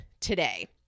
today